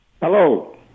Hello